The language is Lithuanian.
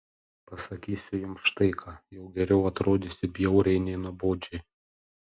pasakysiu jums štai ką jau geriau atrodysiu bjauriai nei nuobodžiai